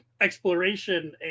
exploration